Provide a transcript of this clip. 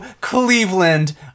Cleveland